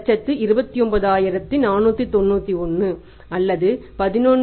C என்பது 1129491 அல்லது 11